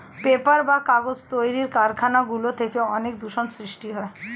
paper বা কাগজ তৈরির কারখানা গুলি থেকে অনেক দূষণ সৃষ্টি হয়